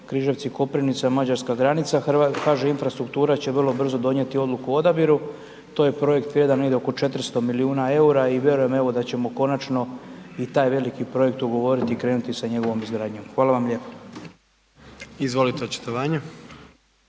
Križevci – Koprivnica, mađarska granica, HŽ infrastruktura će vrlo brzo donijeti odluku o odabiru, to je projekt vrijedan negdje oko 400 milijuna eura i vjerujem evo da ćemo konačno i taj veliki projekt ugovoriti i krenuti sa njegovom izgradnjom. Hvala vam lijepa. **Jandroković,